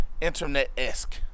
internet-esque